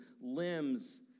limbs